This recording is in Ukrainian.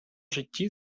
житті